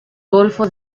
golfo